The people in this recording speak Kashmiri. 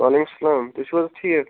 وعلیکُم سلام تُہۍ چھِو حظ ٹھیٖک